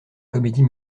comédie